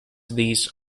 these